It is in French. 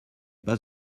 pas